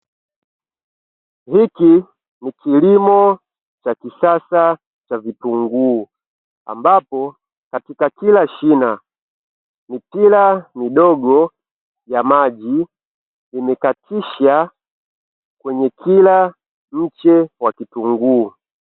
Hiki ni kilimo cha kisasa cha vitunguu ambapo katika kila shina mipira midogo ya maji imekatisha kwenye kila mche wa kitunguu.